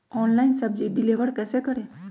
Online सब्जी deliver कैसे करें?